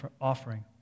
offering